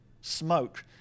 Smoke